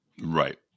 Right